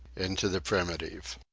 into the primitive